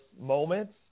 moments